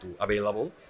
available